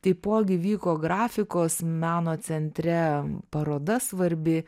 taipogi vyko grafikos meno centre paroda svarbi